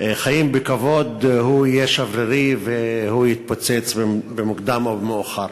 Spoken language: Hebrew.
חיים בכבוד יהיה שברירי ויתפוצץ במוקדם או במאוחר.